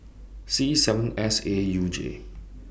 C seven S A U J